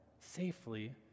safely